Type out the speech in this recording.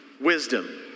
Wisdom